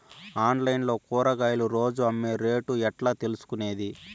Online లో కూరగాయలు రోజు అమ్మే రేటు ఎట్లా తెలుసుకొనేది?